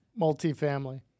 Multifamily